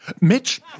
Mitch